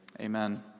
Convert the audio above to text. Amen